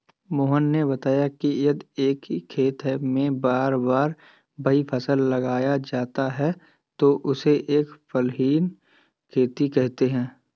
मोहन ने बताया कि यदि एक ही खेत में बार बार वही फसल लगाया जाता है तो उसे एक फसलीय खेती कहते हैं